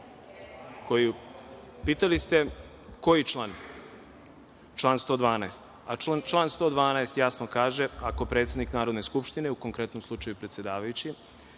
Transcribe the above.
rekla.)Pitali ste koji član? Član 112, a član 112. jasno kaže ako predsednik Narodne skupštine, u konkretnom slučaju predsedavajući,